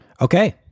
Okay